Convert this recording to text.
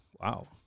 wow